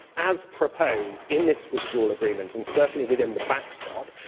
as proposed in this withdrawal agreement, and certainly within the backstop,